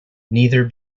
neither